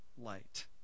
light